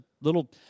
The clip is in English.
little